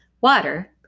Water